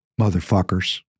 Motherfuckers